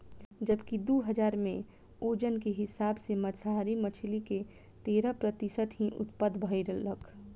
जबकि दू हज़ार में ओजन के हिसाब से मांसाहारी मछली के तेरह प्रतिशत ही उत्तपद भईलख